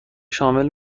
شامل